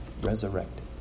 resurrected